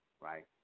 right